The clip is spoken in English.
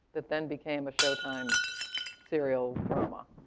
that then became a showtime serial drama.